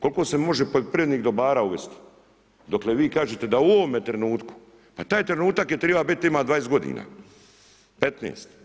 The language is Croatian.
Koliko se može poljoprivrednih dobara uvesti, dokle vi kažete da u ovome trenutku, a taj trenutak je trebao biti, ima 20 g., 15.